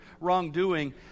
wrongdoing